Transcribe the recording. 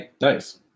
Nice